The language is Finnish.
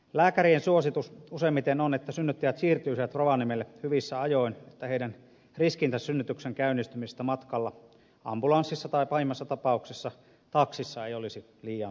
lääkärien suositus useimmiten on että synnyttäjät siirtyisivät rovaniemelle hyvissä ajoin että heidän riskinsä synnytyksen käynnistymisestä matkalla ambulanssissa tai pahimmassa tapauksessa taksissa ei olisi liian suuri